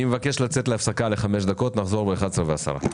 (הישיבה נפסקה בשעה 11:05 ונתחדשה בשעה 11:10.)